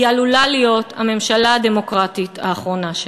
היא עלולה להיות הממשלה הדמוקרטית האחרונה שלנו.